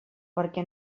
perquè